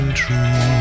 true